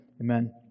Amen